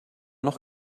noch